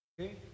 Okay